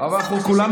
הרי להקשיב